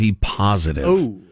positive